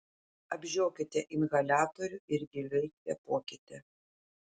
apžiokite inhaliatorių ir giliai kvėpuokite